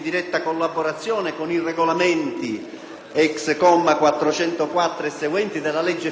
diretta collaborazione con i regolamenti *ex* comma 404 e seguenti della legge finanziaria del 2007